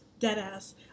Deadass